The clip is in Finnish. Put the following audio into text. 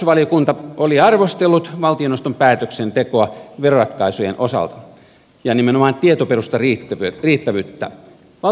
tarkastusvaliokunta oli arvostellut valtioneuvoston päätöksentekoa veroratkaisujen osalta ja nimenomaan tietoperustan riittävyyttä